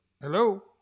Hello